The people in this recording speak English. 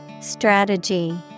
Strategy